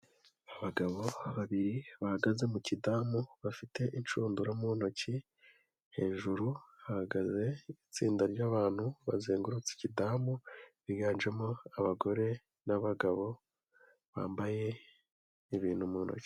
Abagabo babiri bahagaze mu kidamu bafite inshundura mu ntoki, hejuru hahagaze itsinda ry'abantu bazengurutse ikidamu, biganjemo abagore n'abagabo bambaye ibintu mu ntoki.